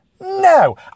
no